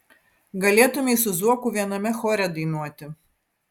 galėtumei su zuoku viename chore dainuoti